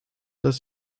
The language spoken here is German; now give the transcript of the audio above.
dass